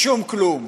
שום כלום.